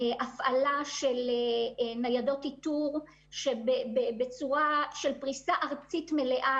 הפעלה של ניידות איתור בפריסה ארצית מלאה,